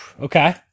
okay